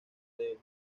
the